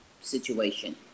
situation